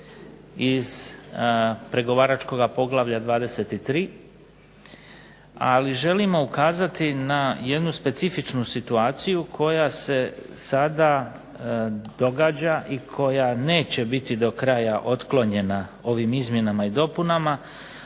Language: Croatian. iz pregovaračkoga poglavlja 23. Ali želimo ukazati na jednu specifičnu situaciju koja se sada događa i koja neće biti do kraja otklonjena ovim izmjenama i dopunama,